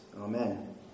amen